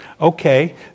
Okay